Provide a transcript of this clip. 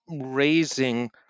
raising